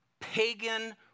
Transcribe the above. pagan